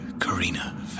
Karina